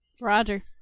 Roger